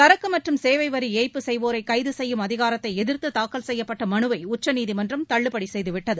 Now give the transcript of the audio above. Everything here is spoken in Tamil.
சரக்கு மற்றும் சேவை வரி ஏய்ப்பு செய்வோனர கைது செய்யும் அதிகாரத்தை எதிர்த்து தாக்கல் செய்யப்பட்ட மனுவை உச்சநீதிமன்றம் தள்ளுபடி செய்துவிட்டது